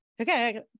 okay